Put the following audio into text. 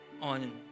on